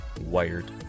wired